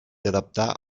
adaptar